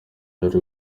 yari